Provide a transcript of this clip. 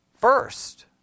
first